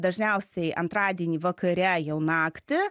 dažniausiai antradienį vakare jau naktį